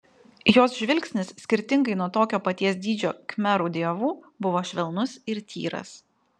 jos žvilgsnis skirtingai nuo tokio paties dydžio khmerų dievų buvo švelnus ir tyras